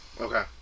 okay